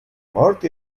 mort